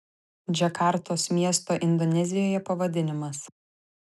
džakartos miesto indonezijoje pavadinimas